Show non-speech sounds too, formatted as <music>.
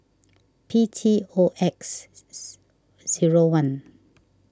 P T O X <hesitation> zero one